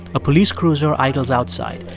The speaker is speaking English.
a police cruiser idles outside.